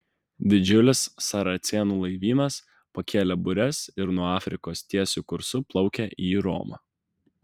didžiulis saracėnų laivynas pakėlė bures ir nuo afrikos tiesiu kursu plaukia į romą